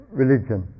religion